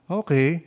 okay